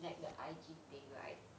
like the I_G thing right